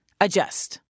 adjust